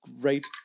Great